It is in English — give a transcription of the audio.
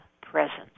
presence